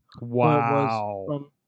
Wow